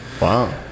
Wow